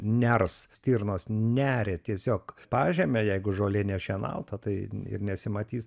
ners stirnos neria tiesiog pažeme jeigu žolė nešienauta tai ir nesimatys